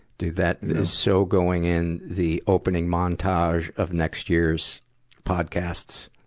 dude, that is so going in the opening montage of next year's podcasts.